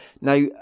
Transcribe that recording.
Now